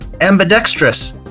ambidextrous